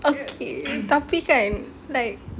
okay tapi kan like